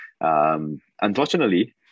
Unfortunately